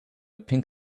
pink